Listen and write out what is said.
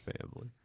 family